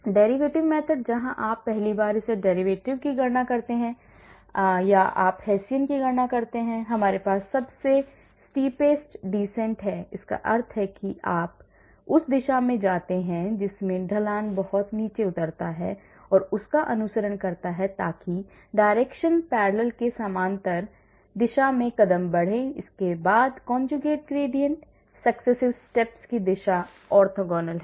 derivative method जहां आप पहली बार पहले derivative की गणना करते हैं या आप Hessian की गणना करते हैं हमारे पास सबसे steepest descent है जिसका अर्थ है कि आप उस दिशा में ले जाते हैं जिसमें ढलान बहुत ही नीचे उतरता है और उसका अनुसरण करता है ताकि direction parallel के समानांतर दिशा में कदम बढ़ें और इसके बाद conjugate gradient successive steps की दिशा orthogonal है